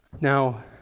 Now